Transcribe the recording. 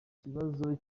ikibazo